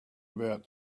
about